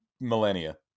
millennia